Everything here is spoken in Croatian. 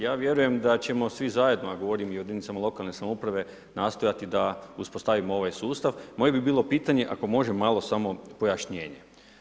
Ja vjerujem da ćemo svi zajedno, a govorim i o jedinicama lokalne samouprave nastojati da uspostavimo ovaj sustav, moje bi bilo pitanje, ako može malo samo pojašnjenje.